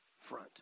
front